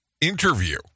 interview